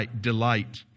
delight